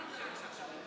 תוצאות ההצבעה: